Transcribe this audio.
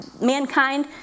mankind